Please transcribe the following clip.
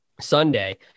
Sunday